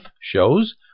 shows